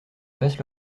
passent